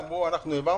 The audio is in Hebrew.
בהם אמרו: אנחנו העברנו,